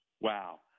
Wow